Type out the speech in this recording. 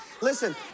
Listen